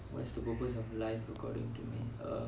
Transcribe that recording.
what's the purpose of life according to me